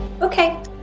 Okay